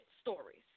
stories